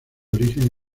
origen